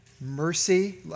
mercy